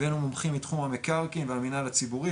הבאנו מומחים מתחום המקרקעין והמינהל הציבורי,